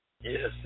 Yes